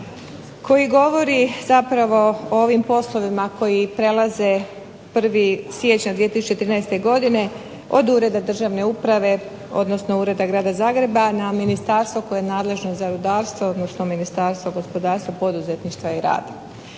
koji govori zapravo o ovim poslovima koji prelaze 1. siječnja 2013. godine, od ureda državne uprave, odnosno Ureda Grada Zagreba na Ministarstvo koje je nadležno za rudarstvo odnosno Ministarstvo gospodarstva, poduzetništva i rada.